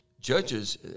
Judges